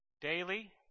Daily